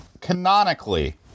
Canonically